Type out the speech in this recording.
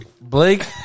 Blake